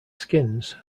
skins